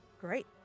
great